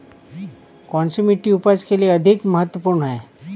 कौन सी मिट्टी उपज के लिए अधिक महत्वपूर्ण है?